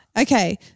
Okay